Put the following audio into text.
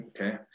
Okay